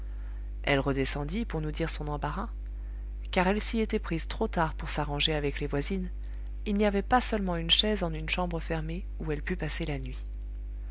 elle redescendit pour nous dire son embarras car elle s'y était prise trop tard pour s'arranger avec les voisines il n'y avait pas seulement une chaise en une chambre fermée où elle pût passer la nuit